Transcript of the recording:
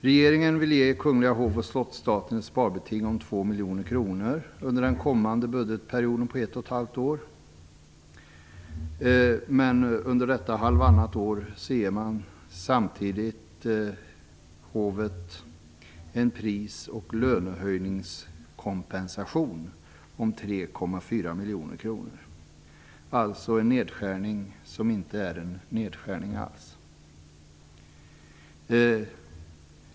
Regeringen vill ge Kungliga hov och slottsstaten ett sparbeting om 2 miljoner kronor under den kommande budgetperioden på ett och ett halvt år, men ger samtidigt hovet en pris och lönehöjningskompensation om 3,4 miljoner kronor. Det blir en nedskärning som inte är någon nedskärning alls.